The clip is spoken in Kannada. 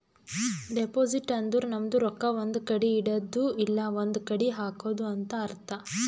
ಡೆಪೋಸಿಟ್ ಅಂದುರ್ ನಮ್ದು ರೊಕ್ಕಾ ಒಂದ್ ಕಡಿ ಇಡದ್ದು ಇಲ್ಲಾ ಒಂದ್ ಕಡಿ ಹಾಕದು ಅಂತ್ ಅರ್ಥ